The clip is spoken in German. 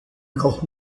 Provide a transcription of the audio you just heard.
auch